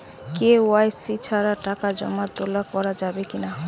KYC ছাড়া টাকা জমা তোলা করা যাবে কি না?